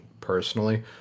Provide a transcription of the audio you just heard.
personally